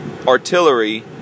artillery